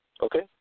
Okay